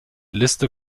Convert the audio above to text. liste